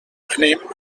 anem